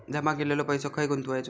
जमा केलेलो पैसो खय गुंतवायचो?